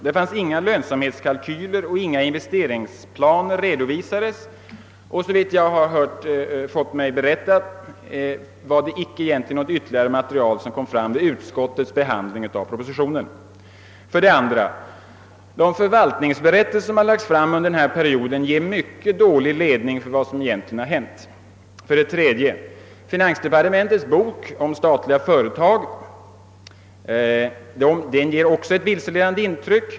Det fanns inga lönsamhetskalkyler och investeringsplaner redovisade, och såvitt jag fått mig berättat kom det egentligen icke fram något ytterligare material vid behandlingen av propositionen. 2. De = förvaltningsberättelser som lagts fram under perioden ger mycket dålig ledning beträffande vad som egentligen hänt. 3. Finansdepartementets bok om statliga företag ger ett vilseledande intryck.